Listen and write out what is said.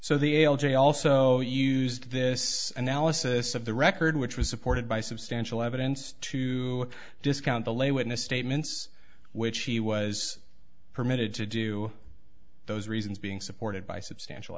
so the ail jay also used this analysis of the record which was supported by substantial evidence to discount the lay witness statements which she was permitted to do those reasons being supported by substantial